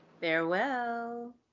Farewell